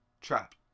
trap